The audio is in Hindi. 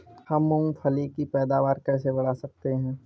हम मूंगफली की पैदावार कैसे बढ़ा सकते हैं?